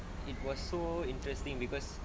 it was so interesting because